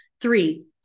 three